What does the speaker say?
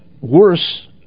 worse